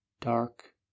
dark